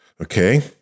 okay